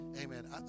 Amen